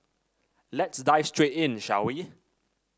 let's dive straight in shall we